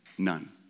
None